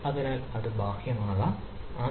അതിനാൽ അത് ബാഹ്യമാകാം